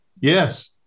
Yes